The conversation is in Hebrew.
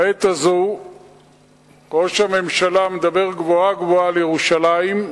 בעת הזאת ראש הממשלה מדבר גבוהה-גבוהה על ירושלים,